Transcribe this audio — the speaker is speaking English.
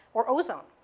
or ozone.